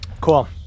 Cool